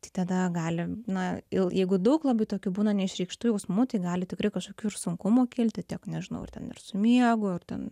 tai tada gali na ir jeigu daug labai tokių būna neišreikštų jausmų tai gali tikrai kažkokių ir sunkumų kilti tiek nežinau ar ten ir su miegu ar ten